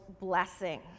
blessing